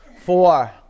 Four